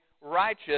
righteous